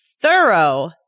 Thorough